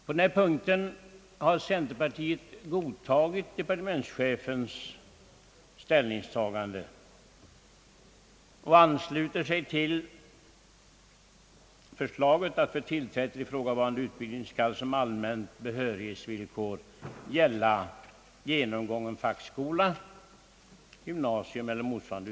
På den här punkten har centerpartiet godtagit departementschefens ställningstagande och anslutit sig till förslaget att för tillträde till ifrågavarande utbildning skall som allmänt behörighetsvillkor gälla genomgången fackskola, gymnasium eller motsvarande.